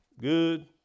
Good